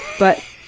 but,